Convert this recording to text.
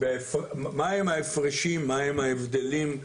מהם ההפרשים, מהם ההבדלים,